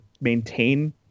maintain